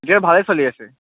এতিয়া ভালে চলি আছে